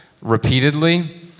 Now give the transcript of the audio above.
repeatedly